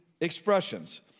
expressions